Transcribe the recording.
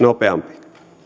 nopeampi